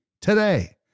today